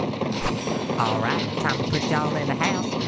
alright! time to put y'all in a house!